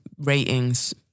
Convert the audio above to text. ratings